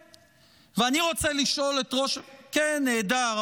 כן, נהדר.